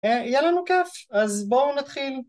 יהיה לנו כיף, אז בואו נתחיל.